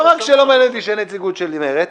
לא רק שלא מעניין אותי שאין נציגות של מרצ,